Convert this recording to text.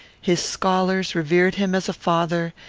his scholars revered him as a father,